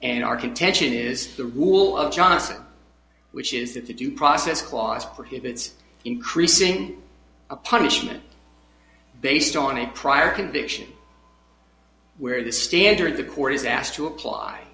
and our contention is the rule of johnson which is that the due process clause prohibits increasing a punishment based on a prior conviction where the standard the court is asked to apply